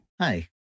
Hi